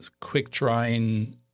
quick-drying